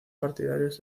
partidarios